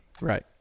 right